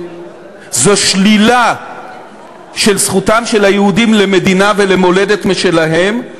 שלילה של זכותם של היהודים למדינה ולמולדת משלהם.